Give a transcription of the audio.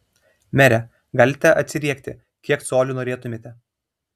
mere galite atsiriekti kiek colių norėtumėte